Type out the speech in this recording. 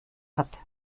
hat